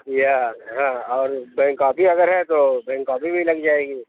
جی ہاں ہاں اور بینک کاپی اگر ہے تو بینک کاپی بھی لگ جائے گی